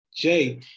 Jay